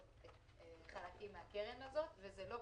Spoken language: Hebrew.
למורים וגננות.